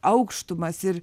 aukštumas ir